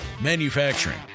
Manufacturing